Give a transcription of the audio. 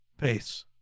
Peace